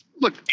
look